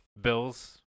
bills